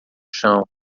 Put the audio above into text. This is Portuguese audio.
chão